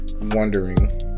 wondering